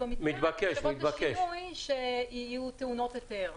במתקן לביצוע שינוי יהיו טעונות היתר.